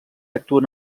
actuen